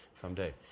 someday